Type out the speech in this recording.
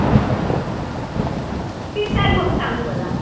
हो ठीक आहे मग सांग मला